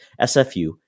SFU